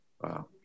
Wow